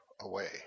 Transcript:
away